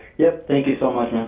yep, thank you so much,